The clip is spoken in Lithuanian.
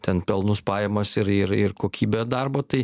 ten pelnus pajamas ir ir ir kokybę darbo tai